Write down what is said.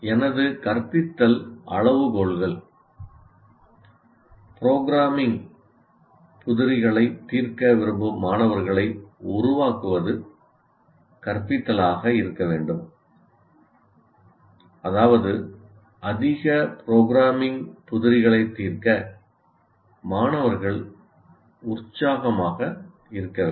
எனது கற்பித்தல் அளவுகோல்கள் ப்ரோக்ராம்மிங் புதிரிகளைத் தீர்க்க விரும்பும் மாணவர்களை உருவாக்குவது கற்பித்தலாக இருக்க வேண்டும் அதாவது அதிக ப்ரோக்ராம்மிங் புதிரிகளைத் தீர்க்க மாணவர் உற்சாகமாக இருக்க வேண்டும்